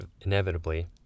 inevitably